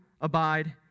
abide